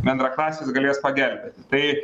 bendraklasis galės pagelbėti tai